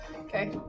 Okay